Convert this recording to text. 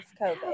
COVID